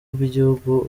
bw’igihugu